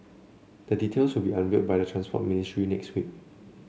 the details will be unveiled by the Transport Ministry next week